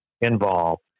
involved